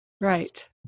Right